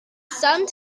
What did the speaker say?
some